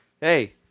Hey